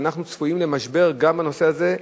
ואנחנו צפויים למשבר גם בנושא הזה,